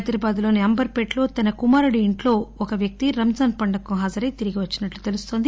హైదరాబాద్లోని అంబర్ పేటలో తన కుమారుడి ఇంట్లో ఒక వ్యక్తి రంజాన్ పండుగకు హాజరై తిరిగి వచ్చినట్లు తెలుస్తోంది